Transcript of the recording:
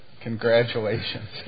Congratulations